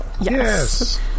Yes